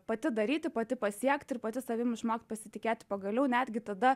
pati daryti pati pasiekti ir pati savim išmokt pasitikėti pagaliau netgi tada